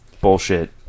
bullshit